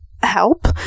help